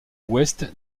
ouest